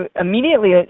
immediately